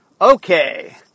Okay